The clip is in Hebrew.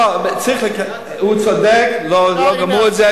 לא, הוא צודק, לא גמרו את זה.